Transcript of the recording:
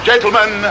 Gentlemen